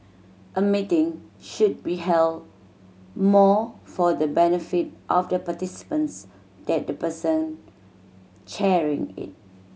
a meeting should be held more for the benefit of the participants than the person chairing it